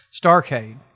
Starcade